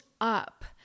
up